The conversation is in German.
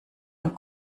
und